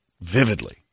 vividly